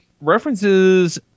references